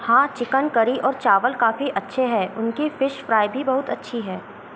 हाँ chicken curry और चावल काफ़ी अच्छे हैं उनकी फ़िश फ़्राई भी बहुत अच्छी है